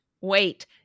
wait